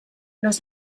los